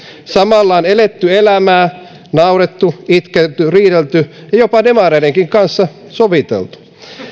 samalla on eletty elämää naurettu itketty riidelty ja jopa demareidenkin kanssa soviteltu